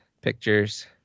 pictures